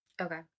Okay